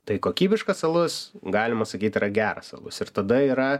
tai kokybiškas alus galima sakyt yra geras alus ir tada yra